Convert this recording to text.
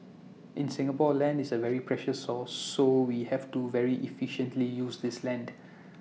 in Singapore land is A very precious source so we have to very efficiently use this land